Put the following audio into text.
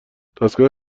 دستگاه